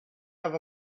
have